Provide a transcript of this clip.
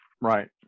Right